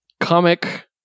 Comic